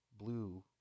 blue